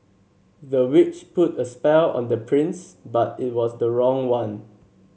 the witch put a spell on the prince but it was the wrong one